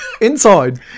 inside